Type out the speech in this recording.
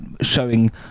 showing